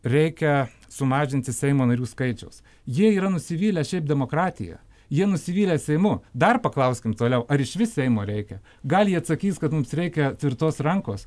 reikia sumažinti seimo narių skaičiaus jie yra nusivylę šiaip demokratija jie nusivylę seimu dar paklauskim toliau ar išvis seimo reikia gal jie atsakys kad mums reikia tvirtos rankos